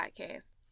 Podcast